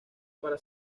para